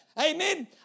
Amen